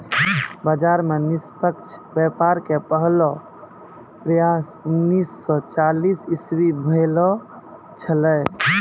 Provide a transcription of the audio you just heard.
बाजार मे निष्पक्ष व्यापार के पहलो प्रयास उन्नीस सो चालीस इसवी भेलो छेलै